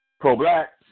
pro-black